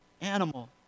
animal